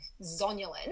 zonulin